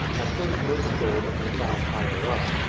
at first most gold had been found higher up,